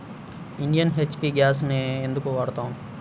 Indian, HP గ్యాస్లనే ఎందుకు వాడతాము?